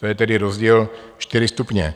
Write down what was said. To je tedy rozdíl čtyři stupně.